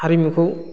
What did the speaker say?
हारिमुखौ